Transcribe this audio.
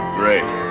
great